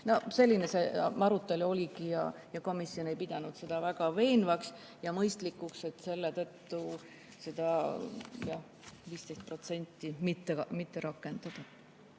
Selline see arutelu oligi ja komisjon ei pidanud seda [argumenti] väga veenvaks ja mõistlikuks, et selle tõttu seda 15% mitte rakenduda. Seni